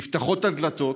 נפתחות הדלתות,